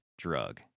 drug